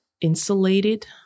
insulated